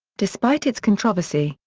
despite its controversy,